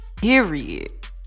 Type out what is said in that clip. period